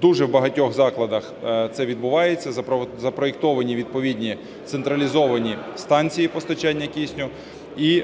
Дуже в багатьох закладах це відбувається. Запроектовані відповідні централізовані станції постачання кисню. І